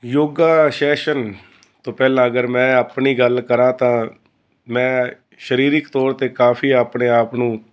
yoga session ਤੋਂ ਪਹਿਲਾਂ ਅਗਰ ਮੈਂ ਆਪਣੀ ਗੱਲ ਕਰਾਂ ਤਾਂ ਮੈਂ ਸਰੀਰਕ ਤੌਰ 'ਤੇ ਕਾਫ਼ੀ ਆਪਣੇ ਆਪ ਨੂੰ